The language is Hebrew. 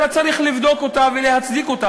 אלא צריך לבדוק אותה ולהצדיק אותה